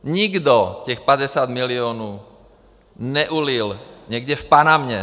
Nikdo těch 50 milionů neulil někde v Panamě.